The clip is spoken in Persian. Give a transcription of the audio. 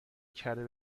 کره